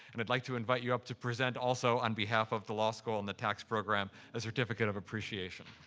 and i'd like to invite you up to present also on behalf of the law school and the tax program a certificate of appreciation.